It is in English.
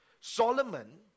Solomon